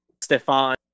Stefan